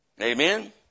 Amen